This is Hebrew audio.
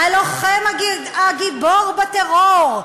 הלוחם הגיבור בטרור,